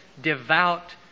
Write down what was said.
devout